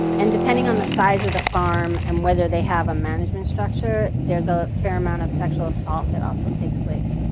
and depending on the size of the farm and whether they have a management structure. there's a fair amount of sexual assault that also takes place.